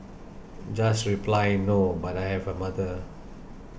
just reply No but I have a mother